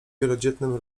wielodzietnym